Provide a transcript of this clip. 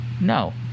no